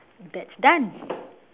that's done